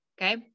Okay